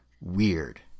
weird